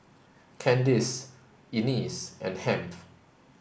Candyce Ennis and Hamp